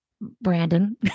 brandon